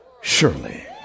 surely